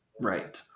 right